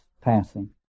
passing